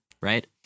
right